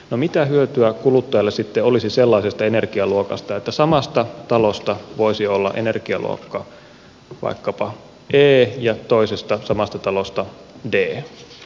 no mitä hyötyä kuluttajalle sitten olisi sellaisesta energialuokasta että yhdestä talosta voisi olla energialuokka vaikkapa e ja toisesta samanlaisesta talosta d